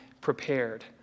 prepared